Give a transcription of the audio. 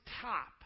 top